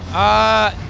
ah?